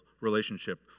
relationship